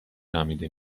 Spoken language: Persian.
نامیده